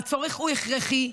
הצורך הוא הכרחי.